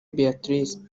beatrice